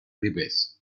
ribes